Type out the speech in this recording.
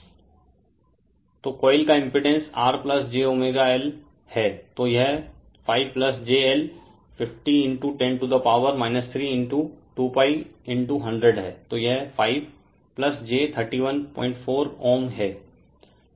Refer Slide Time 1125 तो coil का impedance R j Lω है तो यह 5 j L 50 10 to the power 3 2π 100हैं तो यह 5 j 314Ω है